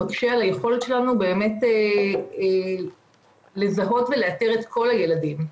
מקשה על היכולת שלנו לזהות ולאתר את כל הילדים.